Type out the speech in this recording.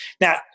Now